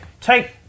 Take